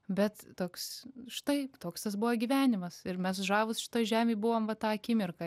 bet toks štai toks tas buvo gyvenimas ir mes žavūs šitoj žemėj buvom va tą akimirką